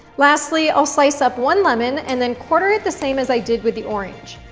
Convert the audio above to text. lastly, i'll slice up one lemon, and then quarter it the same as i did with the orange.